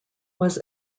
was